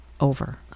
over